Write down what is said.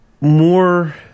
more